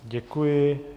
Děkuji.